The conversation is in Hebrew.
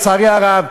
לצערי הרב,